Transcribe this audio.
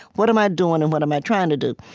what am i doing, and what am i trying to do?